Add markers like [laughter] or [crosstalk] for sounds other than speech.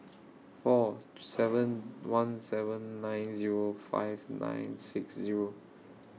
four [noise] seven one seven nine Zero five nine six Zero